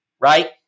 Right